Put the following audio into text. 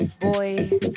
boy